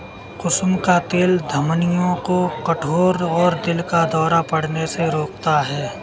कुसुम का तेल धमनियों को कठोर और दिल का दौरा पड़ने से रोकता है